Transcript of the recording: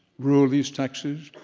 rural east texas,